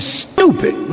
stupid